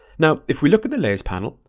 now, if we look at the layers panel,